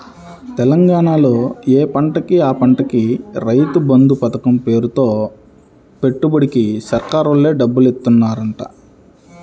తెలంగాణాలో యే పంటకి ఆ పంటకి రైతు బంధు పతకం పేరుతో పెట్టుబడికి సర్కారోల్లే డబ్బులిత్తన్నారంట